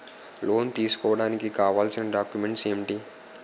Loan తీసుకోడానికి కావాల్సిన documents ఎంటి?